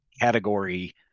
category